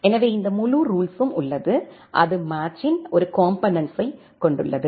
எனவே இந்த முழு ரூல்ஸ்யும் உள்ளது அது மேட்சின் ஒரு காம்போனெனென்ட்ஸ்க் கொண்டுள்ளது